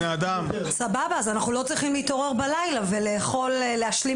אנחנו לא צריכים להתעורר בלילה ולהשלים